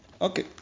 Okay